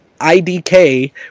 idk